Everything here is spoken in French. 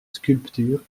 sculptures